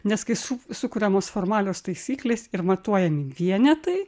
nes kai su sukuriamos formalios taisyklės ir matuojami vienetai